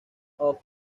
off